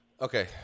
Okay